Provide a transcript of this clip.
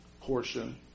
portion